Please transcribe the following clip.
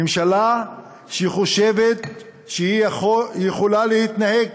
ממשלה שחושבת שהיא יכולה להתנהג